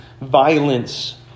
violence